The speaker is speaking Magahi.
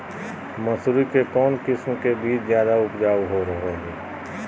मसूरी के कौन किस्म के बीच ज्यादा उपजाऊ रहो हय?